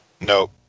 Nope